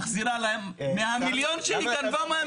מחזירה להם מהמיליון שהיא גנבה.